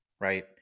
right